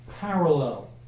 parallel